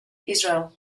israel